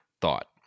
thought